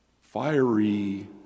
fiery